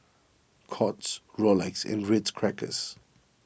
Courts Rolex and Ritz Crackers